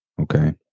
okay